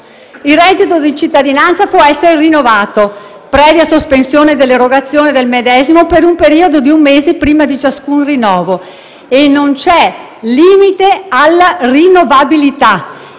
Il reddito di cittadinanza può essere rinnovato, previa sospensione dell'erogazione del medesimo per un periodo di un mese prima di ciascun rinnovo. Non c'è peraltro limite alla rinnovabilità,